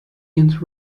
inter